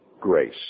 grace